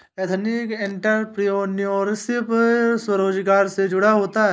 ethnic entrepreneurship स्वरोजगार से जुड़ा होता है